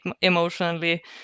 emotionally